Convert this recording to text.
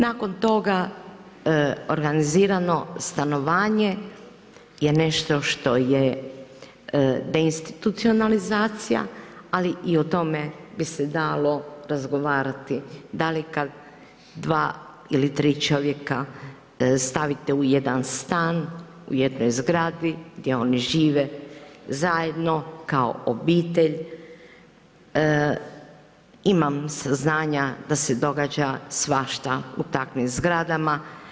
Nakon toga organizirano stanovanje je nešto što je deinstitucionalizacija, ali i o tome bi se dalo razgovarati, da li kada dva ili tri čovjeka stavite u jedan stan u jednoj zgradi gdje oni žive zajedno kao obitelj, imam saznanja da se događa svašta u takvim zgradama.